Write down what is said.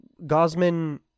Gosman